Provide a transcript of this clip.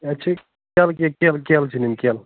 اَسہِ چھِ کیلہٕ کیٛنٛہہ کیلہٕ کیلہٕ چھےٚ نِنۍ کیلہٕ